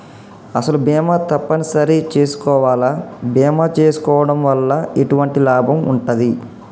అసలు బీమా తప్పని సరి చేసుకోవాలా? బీమా చేసుకోవడం వల్ల ఎటువంటి లాభం ఉంటది?